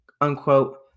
unquote